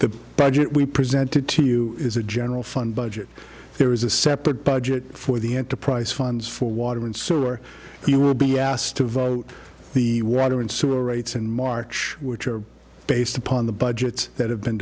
the budget we presented to you is a general fund budget there is a separate budget for the enterprise funds for water and sewer he will be asked to vote the water and sewer rates in march which are based upon the budgets that have been